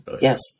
yes